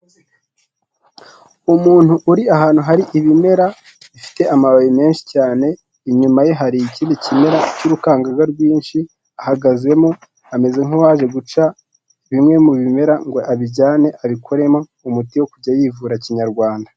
Umuntu uri ahantu hari ibimera bifite amababi menshi cyane inyuma ye hari ikindi kimera cy'urukangaga rwinshi ahagazemo, amezeze nk'uwaje guca bimwe mu bimera ngo abijyane abikoremo umuti wo kujya yivura kinyarwanda.